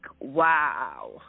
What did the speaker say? wow